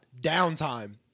downtime